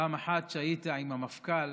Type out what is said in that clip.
פעם אחת כשהיית עם המפכ"ל,